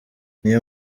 niyo